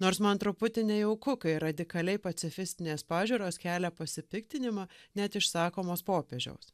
nors man truputį nejauku kai radikaliai pacifistinės pažiūros kelia pasipiktinimą net išsakomos popiežiaus